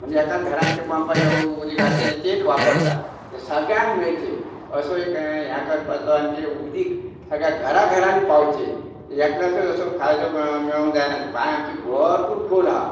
म्हणजे एकाच घरान ते पंपाचें उदीक आसा तें तेत वापरता सगळ्यांक मेळचें असो एक ह्या करपाचो आनी उदीक सगळ्या घरां घरांनीं पावचें एकल्याचोय असो फायदो मेळूंक जायना बांय आमची भरपूर खोल आसा